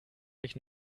mich